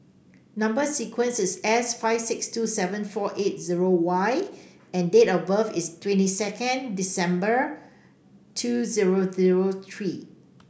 number sequence is S five six two seven four eight zero Y and date of birth is twenty two December two zero zero three